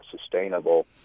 sustainable